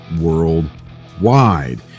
worldwide